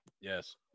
Yes